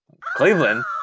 Cleveland